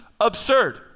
absurd